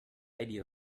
idea